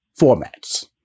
formats